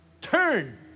Turn